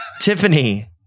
Tiffany